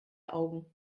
augen